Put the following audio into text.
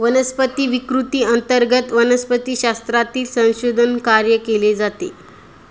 वनस्पती विकृती अंतर्गत वनस्पतिशास्त्रातील संशोधन कार्य केले जाते